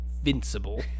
invincible